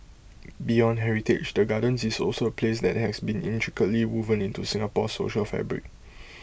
beyond heritage the gardens is also A place that has been intricately woven into Singapore's social fabric